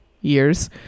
years